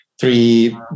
three